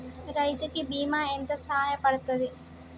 రైతు కి బీమా ఎంత సాయపడ్తది?